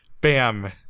bam